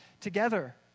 together